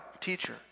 teacher